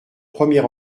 premier